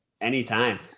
Anytime